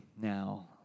now